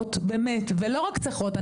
צריכות באמת ולא רק צריכות,